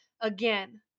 again